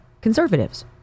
conservatives